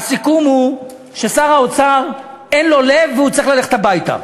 הסיכום הוא ששר האוצר אין לו לב והוא צריך ללכת הביתה.